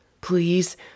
please